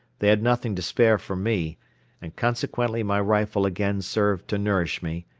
they had nothing to spare for me and consequently my rifle again served to nourish me,